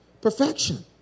Perfection